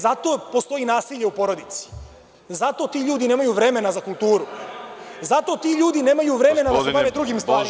Zato postoji nasilje u porodici, zato ti ljudi nemaju vremena za kulturu, zato ti ljudi nemaju vremena da se bave drugim stvarima.